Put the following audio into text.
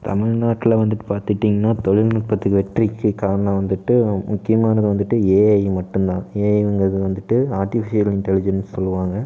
தமிழ்நாட்டில் வந்துட்டு பார்த்துட்டிங்கன்னா தொழில்நுட்பத்துக்கு வெற்றிக்கு காரணம் வந்து முக்கியமானது வந்துட்டு ஏஐ மட்டும் தான் ஏஐங்கிறது வந்துட்டு ஆர்டிபிசியல் இன்டெலிஜெண்சுன்னு சொல்லுவாங்க